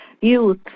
youth